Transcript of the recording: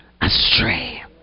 astray